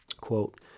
Quote